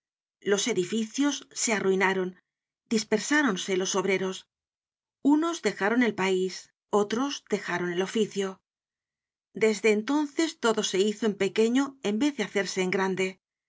los edificios se arruinaron dispersáronse los obreros unos dejaron el pais otros dejaron el oficio desde entonces todo se hizo en pequeño en vez de hacerse en grande